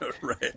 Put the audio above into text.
Right